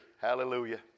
Hallelujah